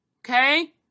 Okay